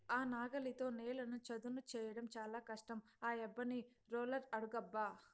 ఆ నాగలితో నేలను చదును చేయడం చాలా కష్టం ఆ యబ్బని రోలర్ అడుగబ్బా